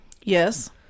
Yes